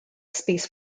space